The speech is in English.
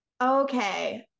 okay